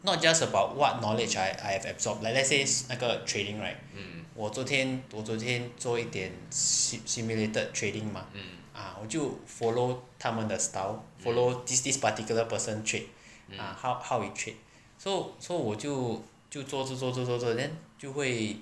not just about what knowledge I have absorbed like let's say 那个 trading right 我昨天昨昨天做一点 si~ simulated trading mah ah 我就 follow 他们的 style follow this this particular person trade ah how how we trade so so 我就就做着做着做着 then 就会